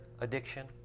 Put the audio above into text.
addiction